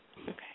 Okay